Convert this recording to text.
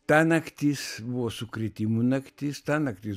ta naktis buvo sukrėtimų naktis ta naktis